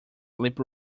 slip